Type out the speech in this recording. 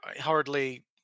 hardly